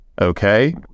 Okay